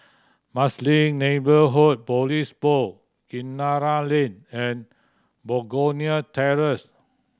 Marsiling Neighbourhood Police Kinara Lane and Begonia Terrace